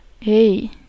hey